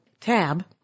tab